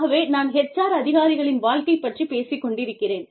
ஆகவே நான் HR அதிகாரிகளின் வாழ்க்கை பற்றிப் பேசிக் கொண்டிருக்கிறேன்